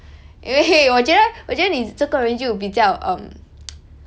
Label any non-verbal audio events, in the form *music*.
因为我觉得我觉得你这个人就比较 um *noise*